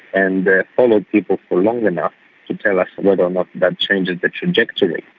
and followed people for long enough to tell us whether or not that changes the trajectory.